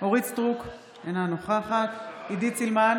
אורית מלכה סטרוק, אינה נוכחת עידית סילמן,